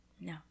No